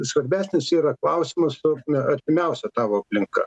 svarbesnis yra klausimas ta prasme artimiausia tavo aplinka